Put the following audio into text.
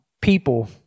people